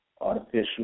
artificial